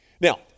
Now